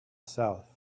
south